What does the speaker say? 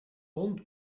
hond